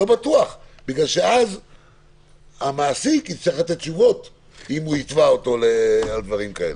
לא בטוח כי אז המעסיק יצטרך לתת תשובות אם הוא יתבע אותו על דברים כאלה.